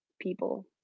people